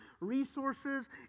resources